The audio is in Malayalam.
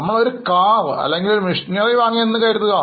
നമ്മൾ ഒരു കാർ അല്ലെങ്കിൽ ഒരു മെഷിനറി വാങ്ങി എന്ന് കരുതുക